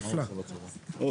זו